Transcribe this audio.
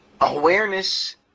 awareness